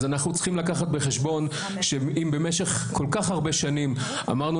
אז אנחנו צריכים לקחת בחשבון שאם במשך כל כך הרבה שנים אמרנו